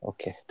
Okay